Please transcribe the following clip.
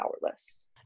powerless